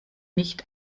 nicht